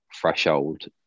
threshold